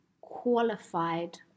qualified